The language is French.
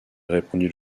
répondit